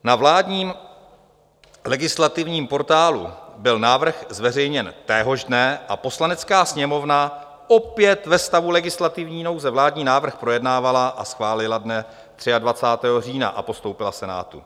Na vládním legislativním portálu byl návrh zveřejněn téhož dne a Poslanecká sněmovna opět ve stavu legislativní nouze vládní návrh projednávala a schválila dne 23. října a postoupila Senátu.